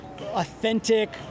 authentic